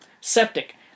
septic